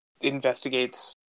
investigates